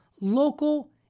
local